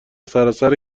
سراسر